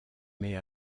mais